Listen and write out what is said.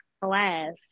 class